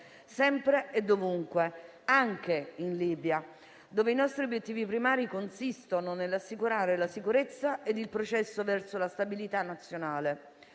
sempre e ovunque e anche in Libia, dove i nostri obiettivi primari consistono nell'assicurare la sicurezza e il processo verso la stabilità nazionale.